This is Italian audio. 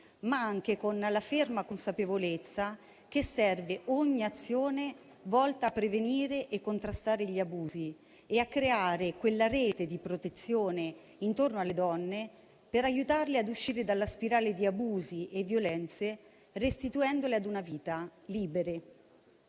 ma anche con la ferma consapevolezza che serve ogni azione volta a prevenire e contrastare gli abusi e a creare quella rete di protezione intorno alle donne, per aiutarle ad uscire dalla spirale di abusi e violenze, restituendole a una vita, libere.